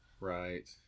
Right